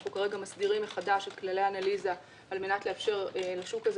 אנחנו כרגע מסדירים מחדש את כללי האנליזה על מנת לאפשר לשוק הזה